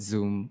Zoom